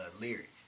Lyric